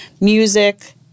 music